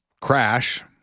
crash